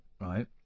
right